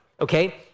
okay